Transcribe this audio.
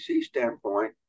standpoint